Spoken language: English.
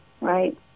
Right